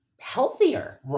healthier